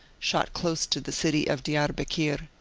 shot close to the city of diarbekir.